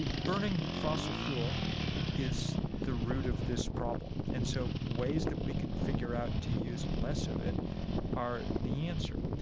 burning fossil fuel is the root of this problem, and so ways that we can figure out to use less of it are the answer.